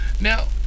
now